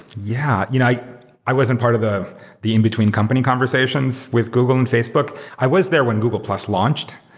yeah. you know i i wasn't part of the the in between company conversations with google and facebook. i was there when google plus launched,